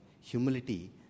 humility